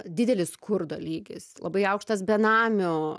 didelis skurdo lygis labai aukštas benamių